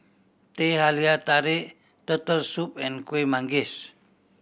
Teh Halia Tarik Turtle Soup and Kueh Manggis